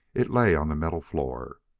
it lay on the metal floor.